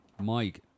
Mike